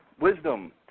wisdom